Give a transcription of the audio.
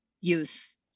youth